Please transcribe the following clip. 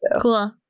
cool